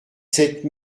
sept